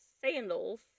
sandals